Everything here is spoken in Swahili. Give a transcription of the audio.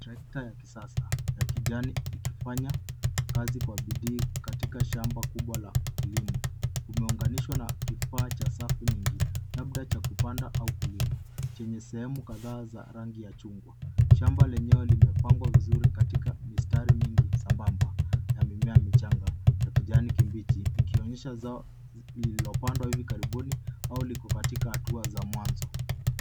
Trekta ya kisasa ya kijani ikifanya kazi kwa bidii katika shamba kubwa la kilimo umeunganishwa na kifaa cha safu nyingi labda cha kupanda au kulima chenye sehemu kadhaa za rangi ya chungwa ,shamba lenyewe limepangwa vizuri katika mistari mingi sambamba na mimea michanga ya kijani kibichi ikionyesha zao lililopandwa hivi karibuni au liko katika hatua za mwanzo.